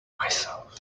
myself